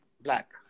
black